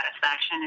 satisfaction